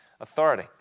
Authority